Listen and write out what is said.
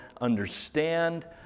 understand